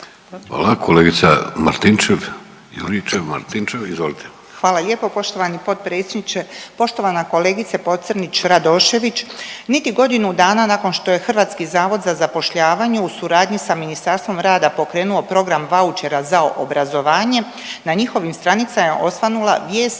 izvolite. **Juričev-Martinčev, Branka (HDZ)** Hvala lijepo poštovani potpredsjedniče, poštovana kolegice Pocrnić-Radošević. Niti godinu dana nakon što je HZZ u suradnji sa Ministarstvom rada pokrenuo program vaučera za obrazovanje, na njihovim stranicama je osvanula vijest